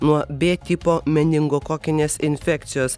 nuo b tipo meningokokinės infekcijos